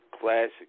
Classic